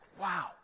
wow